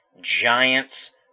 giants